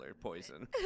poison